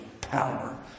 power